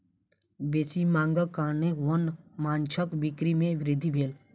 बेसी मांगक कारणेँ वन्य माँछक बिक्री में वृद्धि भेल